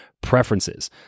preferences